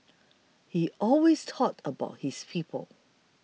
he always thought about his people